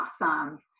awesome